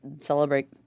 celebrate